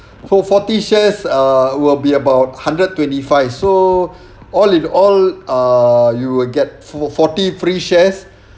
for forty shares err will be about hundred twenty five so all in all err you will get forty free shares